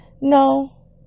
No